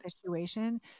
situation